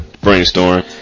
brainstorm